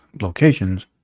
locations